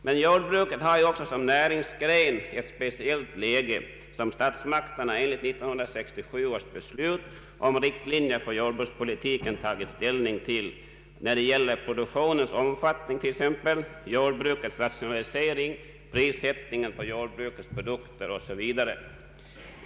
Men jordbruket har ju också som näringsgren ett speciellt läge, som statsmakterna enligt 1967 års beslut om riktlinjer för jordbrukspolitiken tagit ställning till när det gäller produktionens omfattning, jordbrukets rationalisering, prissättning på jordbrukets produkter OSV.